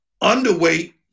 underweight